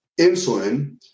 insulin